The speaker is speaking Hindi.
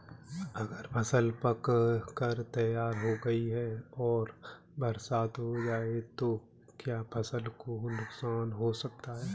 अगर फसल पक कर तैयार हो गई है और बरसात हो जाए तो क्या फसल को नुकसान हो सकता है?